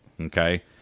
Okay